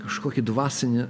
kažkokį dvasinį